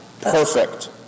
perfect